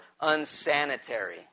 unsanitary